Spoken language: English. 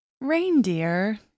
Reindeer